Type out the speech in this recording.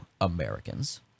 Americans